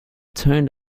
turned